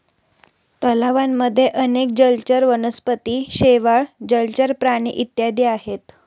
तलावांमध्ये अनेक जलचर वनस्पती, शेवाळ, जलचर प्राणी इत्यादी आहेत